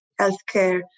healthcare